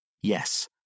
Yes